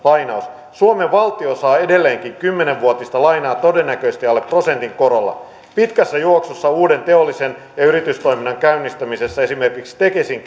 suomen valtio saa edelleenkin kymmenvuotista lainaa todennäköisesti alle prosentin korolla pitkässä juoksussa uuden teollisen ja ja yritystoiminnan käynnistäminen esimerkiksi tekesin